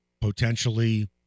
potentially